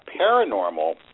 paranormal